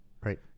right